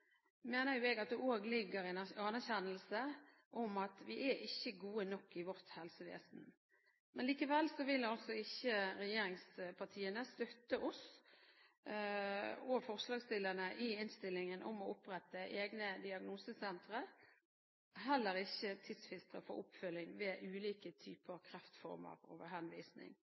mener jeg at det også ligger en anerkjennelse av at vi ikke er gode nok i vårt helsevesen. Likevel vil altså ikke regjeringspartiene støtte forslaget i innstillingen om å opprette egne diagnosesentre, og heller ikke forslaget om tidsfrister for oppfølging ved henvisning for ulike typer